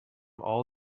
all